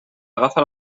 agafa